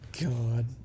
God